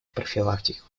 профилактика